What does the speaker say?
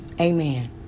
amen